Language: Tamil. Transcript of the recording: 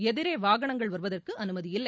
எதிரே வாகனங்கள் வருவதற்கு அனுமதி இல்லை